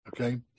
okay